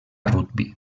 rugbi